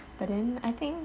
but then I think